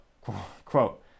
quote